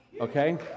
okay